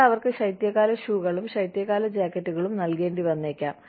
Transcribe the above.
നിങ്ങൾ അവർക്ക് ശൈത്യകാല ഷൂകളും ശൈത്യകാല ജാക്കറ്റുകളും നൽകേണ്ടി വന്നേക്കാം